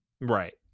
Right